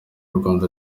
rwanda